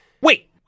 wait